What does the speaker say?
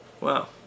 wow